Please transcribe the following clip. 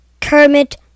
Kermit